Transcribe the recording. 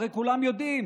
הרי כולם יודעים.